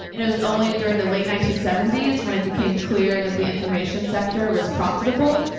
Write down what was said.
and it was only during the late nineteen seventy s, when it became clear that the information sector was profitable,